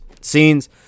scenes